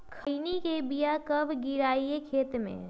खैनी के बिया कब गिराइये खेत मे?